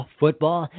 football